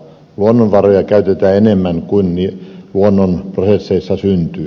luonnonvaroja käytetään enemmän kuin luonnon prosesseissa syntyy